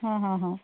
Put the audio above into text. हां हां हां